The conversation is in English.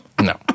no